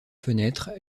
fenêtres